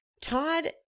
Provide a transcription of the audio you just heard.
Todd